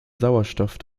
sauerstoff